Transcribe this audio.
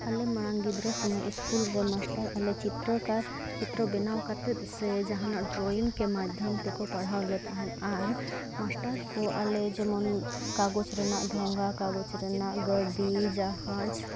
ᱟᱞᱮ ᱢᱟᱲᱟᱝ ᱜᱤᱫᱽᱨᱟᱹ ᱥᱩᱢᱟᱹᱭ ᱥᱠᱩᱞ ᱨᱮ ᱢᱟᱥᱴᱟᱨ ᱟᱞᱮ ᱪᱤᱛᱨᱚᱠᱟᱨ ᱪᱤᱛᱨᱚ ᱵᱮᱱᱟᱣ ᱠᱟᱛᱮ ᱥᱮ ᱡᱟᱦᱟᱱᱟᱜ ᱰᱨᱚᱭᱤᱝ ᱠᱮ ᱢᱟᱫᱽᱫᱷᱚᱢ ᱛᱮᱠᱚ ᱯᱟᱲᱦᱟᱣ ᱞᱮ ᱛᱟᱦᱮᱸᱫ ᱟᱨ ᱢᱟᱥᱴᱟᱨ ᱠᱚ ᱟᱞᱮ ᱡᱮᱢᱚᱱ ᱠᱟᱜᱚᱡᱽ ᱨᱮᱱᱟᱜ ᱰᱷᱚᱝᱜᱟ ᱠᱟᱜᱚᱡᱽ ᱨᱮᱱᱟᱜ ᱜᱟᱹᱰᱤ ᱡᱟᱦᱟᱡᱽ